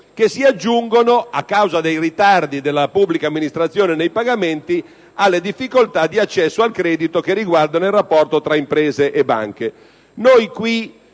che si aggiungono, per i ritardi della pubblica amministrazione nei pagamenti, alle difficoltà di accesso al credito che riguardano il rapporto tra imprese e banche.